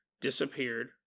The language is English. disappeared